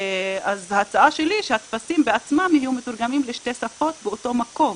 ההצעה שלי היא שהטפסים יהיו מתורגמים לשתי שפות באותו מקום,